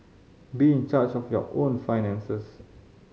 be in charge of your own finances